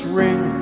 ring